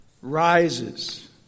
rises